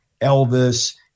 Elvis